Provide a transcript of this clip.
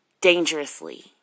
dangerously